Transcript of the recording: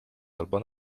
albo